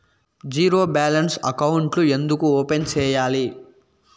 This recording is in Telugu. జీరో బ్యాలెన్స్ అకౌంట్లు ఎందుకు ఓపెన్ సేయాలి